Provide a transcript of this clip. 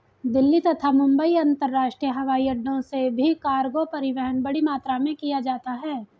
दिल्ली तथा मुंबई अंतरराष्ट्रीय हवाईअड्डो से भी कार्गो परिवहन बड़ी मात्रा में किया जाता है